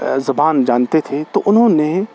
زبان جانتے تھے تو انہوں نے